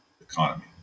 economy